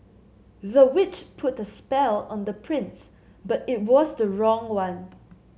the witch put a spell on the prince but it was the wrong one